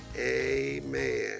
Amen